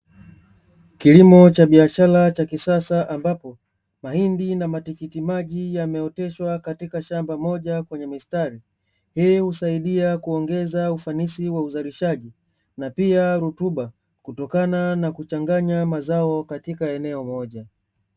Kilimo cha biashara cha kisasa ambapo, mahindi na matikitimaji yameoteshwa katika shamba moja kwenye mistari, hii husaidia kuongeza ufanisi wa uzalishaji, na pia rutuba kutokana na kuchanganya mazao katika eneo moja.